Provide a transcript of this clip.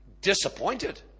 Disappointed